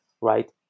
right